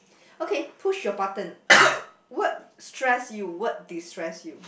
okay push your button what what stress you what destress you